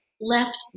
left